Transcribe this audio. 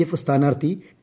F സ്ഥാനാർഥി T